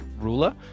ruler